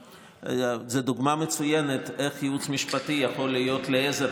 זו דוגמה מצוינת איך ייעוץ משפטי יכול להיות לעזר